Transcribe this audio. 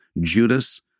Judas